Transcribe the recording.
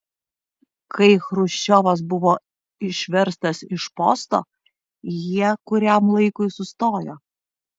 kai chruščiovas buvo išverstas iš posto jie kuriam laikui sustojo